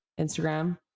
instagram